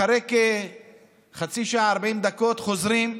אחרי כחצי שעה, 40 דקות, חוזרים,